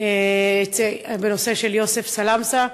בנושא של יוסף סלמסה.